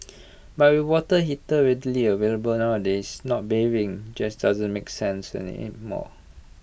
but with water heater readily available nowadays not bathing just doesn't make sense anymore